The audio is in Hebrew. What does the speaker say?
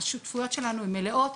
השותפויות שלנו הן מלאות,